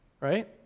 right